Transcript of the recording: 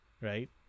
right